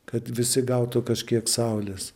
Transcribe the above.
kad visi gautų kažkiek saulės